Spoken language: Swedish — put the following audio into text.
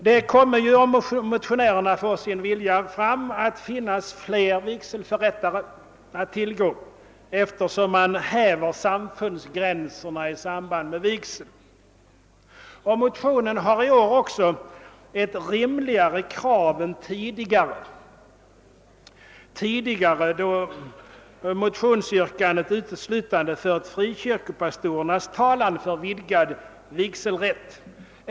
Det kommer ju, om motionärerna får sin vilja igenom, att finnas ett större antal vigselförrättare att tillgå genom att samfundsgränserna i samband med vigsel häves. Motionens krav är i år också rimligare än tidigare, när motionsyrkandet uteslutande gällde frågan om vidgad vigselrätt för frikyrkopastorerna.